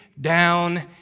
down